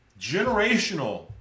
generational